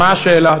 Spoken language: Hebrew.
מה השאלה,